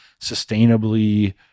sustainably